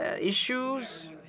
issues